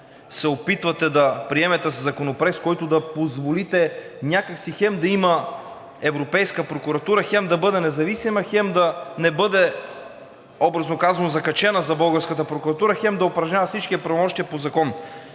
се опитвате да приемете. Законопроект, с който да позволите някак си хем да има европейска прокуратура, хем да бъде независима, хем да не бъде, образно казано, закачена за българската прокуратура, хем да упражнява всички правомощия по закон.